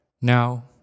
Now